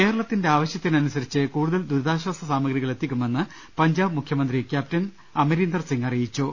കേരളത്തിന്റെ ആവശ്യത്തിന് അനുസരിച്ച് കൂടുതൽ ദുരി താശ്ചാസ സാമഗ്രികൾ എത്തിക്കുമെന്ന് പഞ്ചാബ് മുഖ്യമന്ത്രി ക്യാപ്റ്റൻ അമരീന്ദർസിംഗ് അറിയിച്ചു